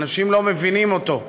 אנשים לא מבינים אותו,